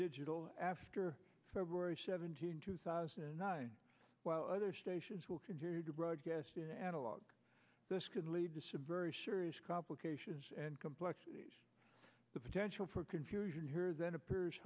only after february seventeenth two thousand and nine while other stations will continue to broadcast in analog this could lead to some very serious complications and complexities the potential for confusion here then appears